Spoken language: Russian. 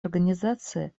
организации